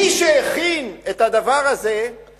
מי שהכין את הדבר הזה זה